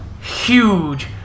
huge